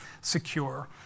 secure